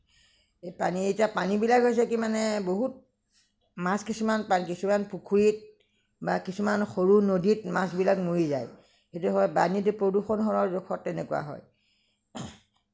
এই এতিয়া পানী পানীবিলাক হৈছে কি মানে বহুত মাছ কিছুমান কিছুমান পুখুৰীত বা কিছুমান সৰু নদীত মাছবিলাক মৰি যায় সেইটো হয় পানী প্ৰদূষণ হোৱাৰ দোষত তেনেকুৱা হয়